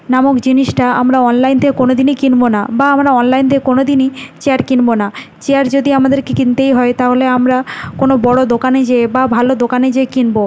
নামক জিনিসটা আমরা অনলাইন থেকে কোনো দিনই কিনবো না বা আমরা অনলাইন থেকে কোনো দিনই চেয়ার কিনব না চেয়ার যদি আমাদেরকে কিনতেই হয় তাহলে আমরা কোনো বড়ো দোকানে যেয়ে বা ভালো দোকানে যেয়ে কিনব